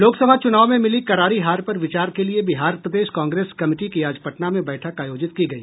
लोकसभा चुनाव में मिली करारी हार पर विचार के लिए बिहार प्रदेश कांग्रेस कमिटी की आज पटना में बैठक आयोजित की गई